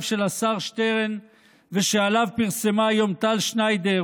של השר שטרן ושפרסמה היום טל שניידר,